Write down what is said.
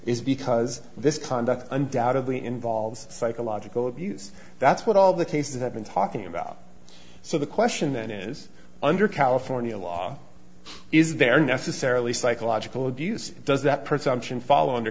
is because this conduct undoubtedly involves psychological abuse that's what all the cases have been talking about so the question then is under california law is there necessarily psychological abuse does that person can follow under